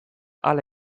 hala